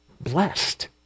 blessed